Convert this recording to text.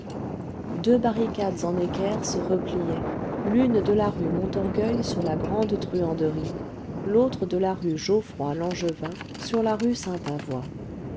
deux barricades en équerre se repliaient l'une de la rue montorgueil sur la grande truanderie l'autre de la rue geoffroy langevin sur la rue sainte avoye